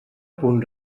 punt